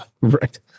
right